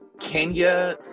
Kenya